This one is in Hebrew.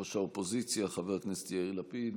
ראש האופוזיציה חבר הכנסת יאיר לפיד,